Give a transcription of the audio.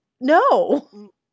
no